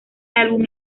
álbum